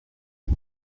ses